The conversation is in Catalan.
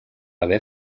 haver